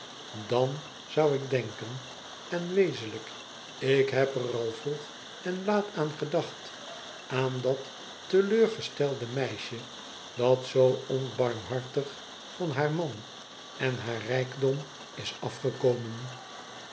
ddn zou ik denken en wezenlijk ik heb er al vroeg en laat aan gedacht aan dat te leur gestelde meisje dat zoo onbarmhartig van haar man en haar rijkdom is afgekomen